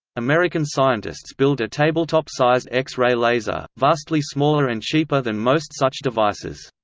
american scientists build a tabletop-sized x-ray laser, vastly smaller and cheaper than most such devices.